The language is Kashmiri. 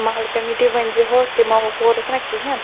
مَحلہٕ کَمیٖٹی ؤنۍزِہو تِمو کوٚرُکھ نہ کِہیٖنۍ